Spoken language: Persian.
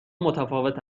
متفاوت